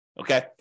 okay